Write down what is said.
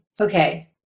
okay